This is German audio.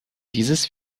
dieses